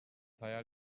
hayal